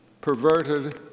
perverted